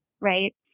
right